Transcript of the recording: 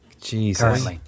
Jesus